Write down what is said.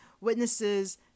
Witnesses